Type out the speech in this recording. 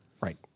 Right